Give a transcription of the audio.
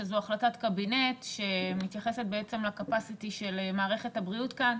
שזו החלטת קבינט שמתייחסת לקפסיטי של מערכת הבריאות כאן,